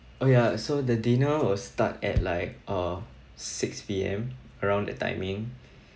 oh ya so the dinner will start at like uh six P_M around that timing